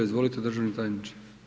Izvolite državni tajniče.